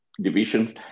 divisions